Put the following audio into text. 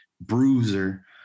bruiser